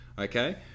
Okay